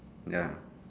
ya